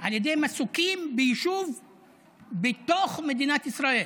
על ידי מסוקים ביישוב בתוך מדינת ישראל.